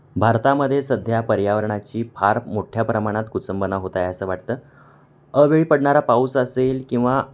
भारतामध्ये सध्या पर्यावरणाची फार मोठ्या प्रमाणात कुचंबना होत आहे असं वाटतं अवेळी पडणारा पाऊस असेल किंवा